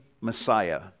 Messiah